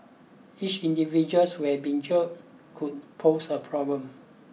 each individuals will been jailed could pose a problem